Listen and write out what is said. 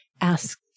ask